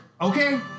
okay